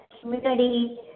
community